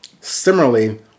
Similarly